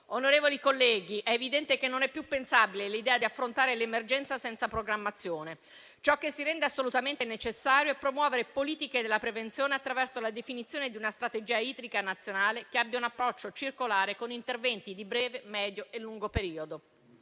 Onorevoli colleghi, è evidente che non è più pensabile l'idea di affrontare l'emergenza senza programmazione. Ciò che si rende assolutamente necessario è promuovere politiche della prevenzione attraverso la definizione di una strategia idrica nazionale, che abbia un approccio circolare con interventi di breve, medio e lungo periodo.